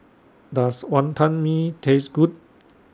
Does Wonton Mee Taste Good